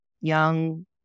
young